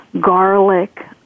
garlic